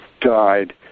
died